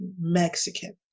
Mexican